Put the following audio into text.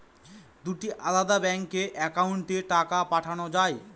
দুটি আলাদা ব্যাংকে অ্যাকাউন্টের টাকা পাঠানো য়ায়?